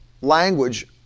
language